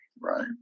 right